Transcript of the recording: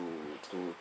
to to